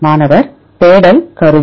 மாணவர் தேடல் கருவி